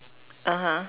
(uh huh)